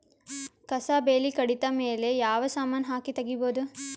ಕಸಾ ಬೇಲಿ ಕಡಿತ ಮೇಲೆ ಯಾವ ಸಮಾನ ಹಾಕಿ ತಗಿಬೊದ?